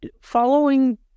following